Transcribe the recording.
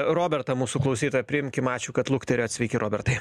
robertą mūsų klausytoją priimkim ačiū kad lukterėjot sveiki robertai